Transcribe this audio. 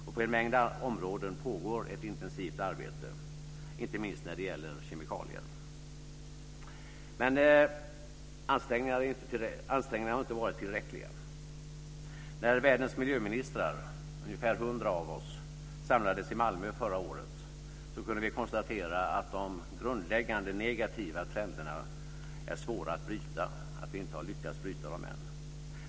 På en mängd områden pågår ett intensivt arbete, inte minst när det gäller kemikalier. Ansträngningarna har inte varit tillräckliga. När världens miljöministrar, ungefär 100 av oss, samlades i Malmö förra året, kunde vi konstatera att de grundläggande negativa trenderna är svåra att bryta och att vi inte har lyckats bryta dem än.